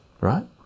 right